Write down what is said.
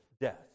death